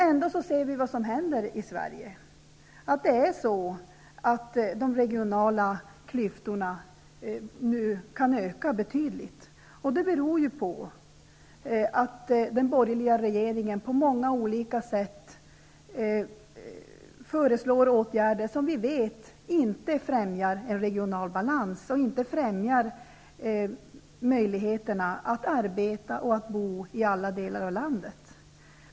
Vi ser ändå att de regionala klyftorna i Sverige nu kan öka betydligt. Det beror på att den borgerliga regeringen på många olika sätt föreslår åtgärder som vi vet inte främjar en regional balans och inte heller främjar möjligheterna att arbeta och bo i alla delar av landet.